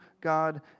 God